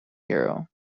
hero